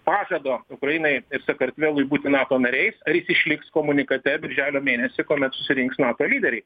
pažado ukrainai ir sakartvelui būti nato nariais ar jis išliks komunikate birželio mėnesį kuomet susirinks nato lyderiai